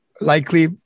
likely